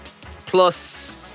plus